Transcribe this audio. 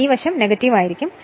ഈ വശം നെഗറ്റീവ് ആയിരിക്കും